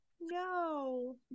No